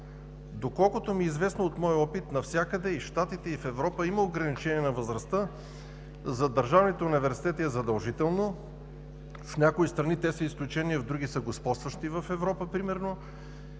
Доколкото ми е известно от моя опит, навсякъде – и в Щатите, и в Европа, има ограничение на възрастта. За държавните университети е задължително. В някои страни те са изключение, в други – са господстващи, примерно